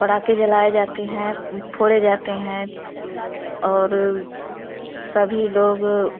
पड़ाके जलाए जाते हैं फ़ोड़े जाते हैं और सभी लोग